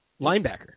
Linebacker